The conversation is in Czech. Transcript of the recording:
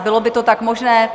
Bylo by to tak možné?